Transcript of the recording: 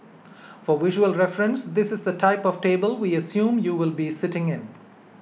for visual reference this is the type of table we assume you will be sitting in